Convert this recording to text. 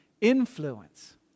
influence